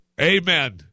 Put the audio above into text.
Amen